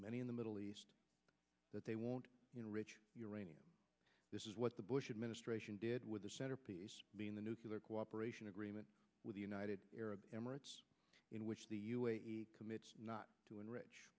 many in the middle east that they won't enrich uranium this is what the bush administration did with the centerpiece being the nuclear cooperation agreement with the united arab emirates in which the u s commits not to enrich